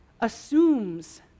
assumes